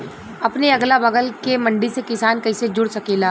अपने अगला बगल के मंडी से किसान कइसे जुड़ सकेला?